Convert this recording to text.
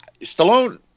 Stallone